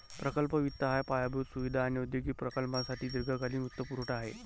प्रकल्प वित्त हा पायाभूत सुविधा आणि औद्योगिक प्रकल्पांसाठी दीर्घकालीन वित्तपुरवठा आहे